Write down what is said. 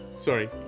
Sorry